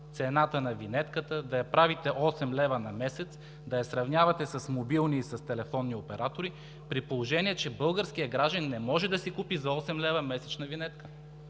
цената на винетката да я правите 8 лв. на месец, да я сравнявате с мобилни и с телефонни оператори, при положение че българският гражданин не може да си купи месечна винетка